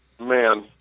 man